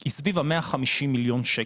היא סביב ה-150 מיליון שקל,